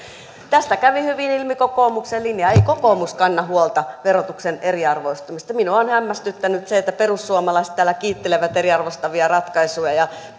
tästä kävi hyvin ilmi kokoomuksen linja ei kokoomus kanna huolta verotuksen eriarvoistumisesta minua on hämmästyttänyt se että perussuomalaiset täällä kiittelevät eriarvoistavia ratkaisuja ja